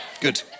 Good